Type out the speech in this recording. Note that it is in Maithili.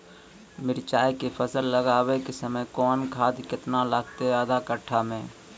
मिरचाय के फसल लगाबै के समय कौन खाद केतना लागतै आधा कट्ठा मे?